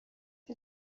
que